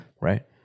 right